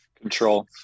control